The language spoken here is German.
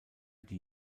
die